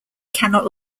cannot